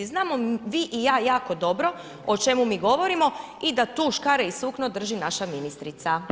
Znamo vi i ja jako dobro, o čemu mi govorimo i da tu škare i sukno drži naša ministrica.